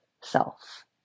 self